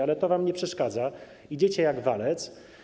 Ale to wam nie przeszkadza, idziecie jak walec.